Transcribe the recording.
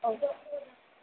okay